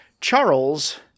Charles